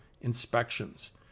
inspections